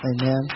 amen